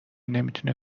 نمیتونه